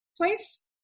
Place